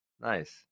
Nice